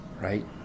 right